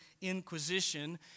inquisition